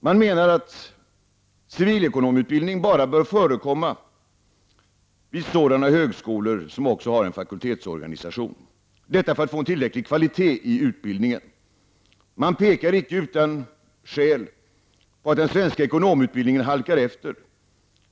Man menar att civilekonomutbildning endast bör förekomma vid sådana högskolor som också har en fakultetsorganisation, detta för att få en tillräcklig kvalitet i utbildningen. Man pekar på, inte utan skäl, att den svenska ekonomutbildningen halkar efter.